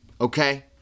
okay